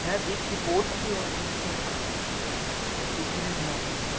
হ্যাঁ দিচ্ছি পড়ছিও টিউশন কোচিঙে হ্যাঁ